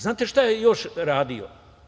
Znate šta je još radio?